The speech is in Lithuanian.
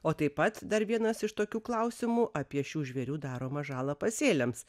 o taip pat dar vienas iš tokių klausimų apie šių žvėrių daromą žalą pasėliams